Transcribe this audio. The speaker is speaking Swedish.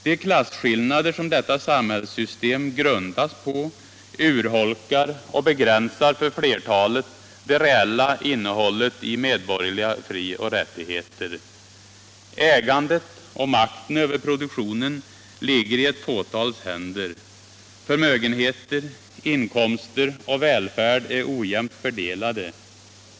De klasskillnader som detta samhällssystem grundas på urholkar och begränsar för flertalet det reella innehållet i medborgerliga frioch rättigheter. Ägandet av och makten över produktionen ligger i ett fåtals händer. Förmögenheter, inkomster och välfärd är ojämnt fördelade.